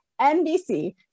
NBC